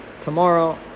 tomorrow